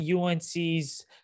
UNC's